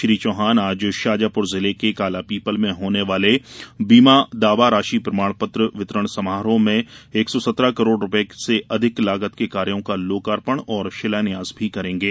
श्री चौहान आज शाजापुर जिले के कालापीपल में होने वाले बीमा दावा राशि प्रमाण पत्र वितरण समारोह एक सौ सत्रह करोड़ रूपये के अधिक लागत के कार्यों का लोकार्पण और शिलान्यास भी करेंगे